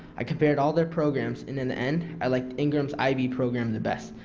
i compared all their programs and in the end i liked ingram's ib program the best.